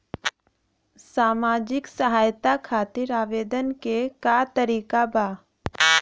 सामाजिक सहायता खातिर आवेदन के का तरीका बा?